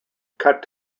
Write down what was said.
cut